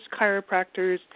chiropractors